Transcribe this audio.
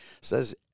says